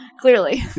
clearly